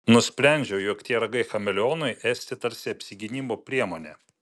nusprendžiau jog tie ragai chameleonui esti tarsi apsigynimo priemonė